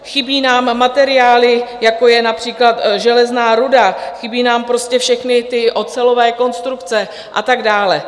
Chybí nám materiály, jako je například železná ruda, chybí nám prostě všechny ty ocelové konstrukce a tak dále.